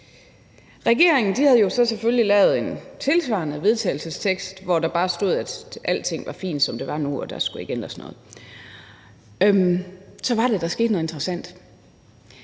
selvfølgelig lavet en tilsvarende vedtagelsestekst, hvor der bare stod, at alting var fint, som det var nu, og at der ikke skulle ændres noget. Så var det, der skete noget interessant.